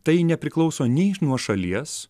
tai nepriklauso nei nuo šalies